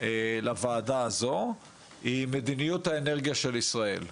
לוועדה הזו היא מדיניות האנרגיה של ישראל,